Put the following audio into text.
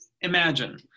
Imagine